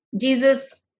Jesus